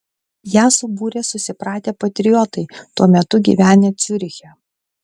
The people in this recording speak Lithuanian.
ją subūrė susipratę patriotai tuo metu gyvenę ciuriche